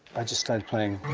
i just started playing.